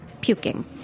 puking